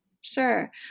sure